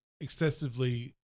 excessively